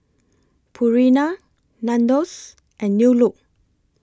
Purina Nandos and New Look